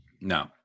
No